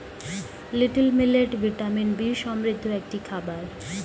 little millet vitamin B সমৃদ্ধ একটি খাবার